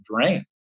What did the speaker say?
drain